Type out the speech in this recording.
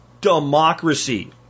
democracy